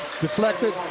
Deflected